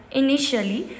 initially